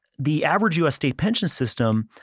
the average usd pension system,